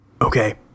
Okay